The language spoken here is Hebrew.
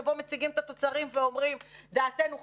שבו מציגים את התוצרים ואומרים: דעתנו חלוקות,